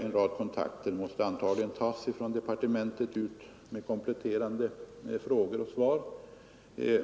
En rad kontakter med kompletterande frågor och svar måste antagligen tas från departementet.